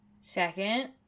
Second